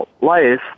life